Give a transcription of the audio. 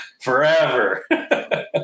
Forever